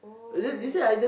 oh